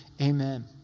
Amen